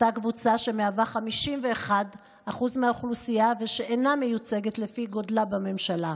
אותה קבוצה שמהווה 51% מהאוכלוסייה ושאינה מיוצגת לפי גודלה בממשלה.